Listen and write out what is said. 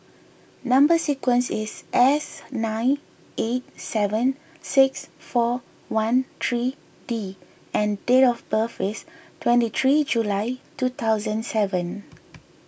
Number Sequence is S nine eight seven six four one three D and date of birth is twenty three July two thousand seven